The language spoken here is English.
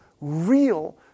real